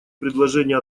предложения